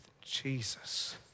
Jesus